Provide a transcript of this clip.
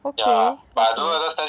okay okay